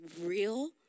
real